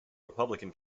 republican